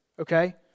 okay